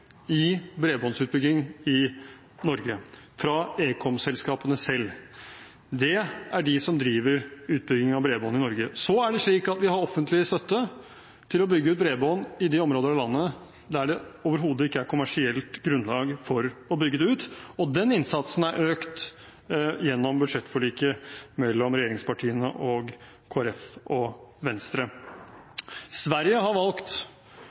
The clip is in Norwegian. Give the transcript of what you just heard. i bredbåndsutbygging i Norge av ekom-selskapene selv. Det er de som driver utbyggingen av bredbånd i Norge. Så er det slik at vi har offentlig støtte til å bygge ut bredbånd i de områder av landet der det overhodet ikke er kommersielt grunnlag for å bygge det ut, og den innsatsen er økt gjennom budsjettforliket mellom regjeringspartiene og Kristelig Folkeparti og Venstre. Sverige har valgt